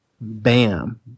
Bam